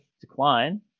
decline